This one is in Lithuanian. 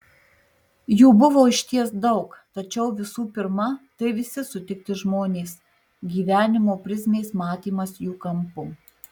jų buvo išties daug tačiau visų pirma tai visi sutikti žmonės gyvenimo prizmės matymas jų kampu